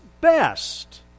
best